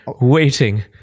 waiting